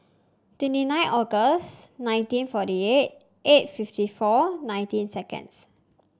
twenty nine August nineteen forty eight eight fifty four nineteen seconds